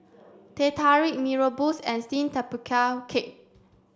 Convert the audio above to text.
Teh Tarik Mee Rebus and steamed tapioca cake